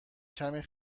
کمی